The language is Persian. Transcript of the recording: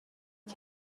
این